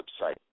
website